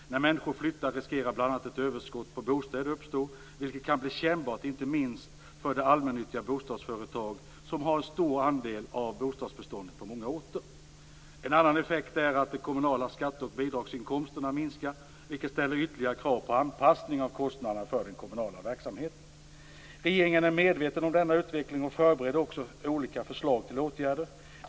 När människor flyttar riskerar bl.a. ett överskott på bostäder att uppstå, vilket kan bli kännbart inte minst för de allmännyttiga bostadsföretag som har en stor andel av bostadsbeståndet på många orter. En annan effekt är att de kommunala skatte och bidragsinkomsterna minskar, vilket ställer ytterligare krav på anpassning av kostnaderna för den kommunala verksamheten. Regeringen är medveten om denna utveckling och förbereder också olika förslag till åtgärder.